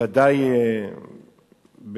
בוודאי,